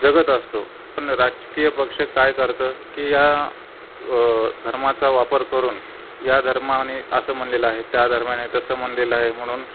जगत असतो पण राजकीय पक्ष काय करतं की या धर्माचा वापर करून या धर्माने असं म्हटलेलं आहे त्या धर्माने तसं म्हटलेलं आहे म्हणून